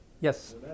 Yes